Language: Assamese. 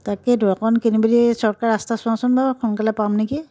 তাকেইতো অকণমান কেনিবাদি চৰ্টকাৰ্ট ৰাস্তা চোৱাচোন বাৰু সোনকালে পাম নেকি